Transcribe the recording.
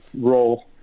role